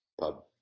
Pub